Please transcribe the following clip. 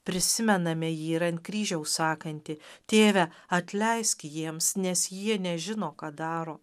prisimename jį ir ant kryžiaus sakantį tėve atleisk jiems nes jie nežino ką daro